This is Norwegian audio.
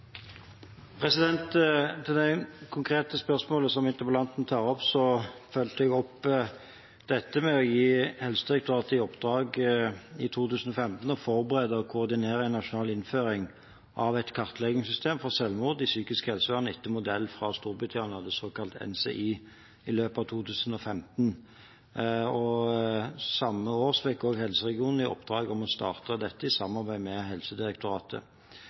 Til det konkrete spørsmålet som interpellanten tar opp, fulgte jeg opp dette ved å gi Helsedirektoratet i oppdrag i 2015 å forberede og koordinere en nasjonal innføring av et kartleggingssystem for selvmord i psykisk helsevern etter modell fra Storbritannia, det såkalte NCI, i løpet av 2015. Samme år fikk også helseregionen i oppdrag å starte dette i samarbeid med Helsedirektoratet. På bakgrunn av dette fikk Nasjonalt senter for selvmordsforskning og -forebygging i oppdrag fra Helsedirektoratet